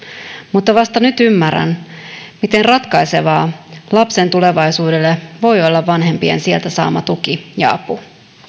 mutta vasta nyt ymmärrän miten ratkaisevaa lapsen tulevaisuudelle voi olla vanhempien sieltä saama tuki ja apu